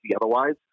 otherwise